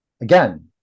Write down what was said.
again